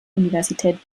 universität